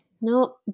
No